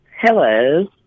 Hello